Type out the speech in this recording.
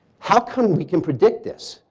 how come we can predict this?